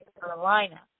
Carolina